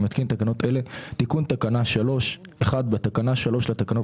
אני מתקין תקנות אלה: תיקון תקנה 3 בתקנה 3 לתקנות